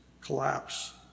collapse